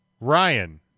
Ryan